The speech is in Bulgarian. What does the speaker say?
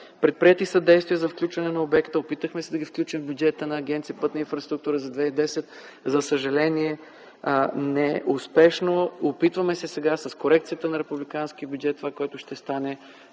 Предприети са действия за включване на обекта, опитахме се да ги включим в бюджета на Агенция „Пътна инфраструктура” за 2010 г., за съжаление неуспешно. Опитваме се сега с корекцията на републиканския бюджет, която ще стане